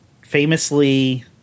famously